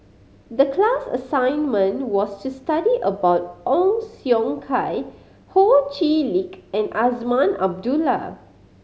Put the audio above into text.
the class assignment was to study about Ong Siong Kai Ho Chee Lick and Azman Abdullah